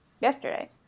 yesterday